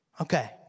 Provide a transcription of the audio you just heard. Okay